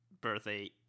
birthday